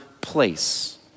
place